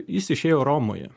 jis išėjo romoje